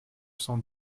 cent